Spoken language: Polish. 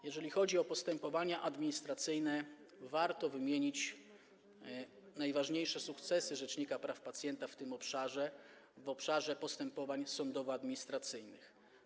Jeżeli chodzi o postępowanie administracyjne, warto wymienić najważniejsze sukcesy rzecznika praw pacjenta w tym obszarze, w obszarze postępowań sądowoadministracyjnych.